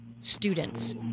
Students